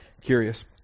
curious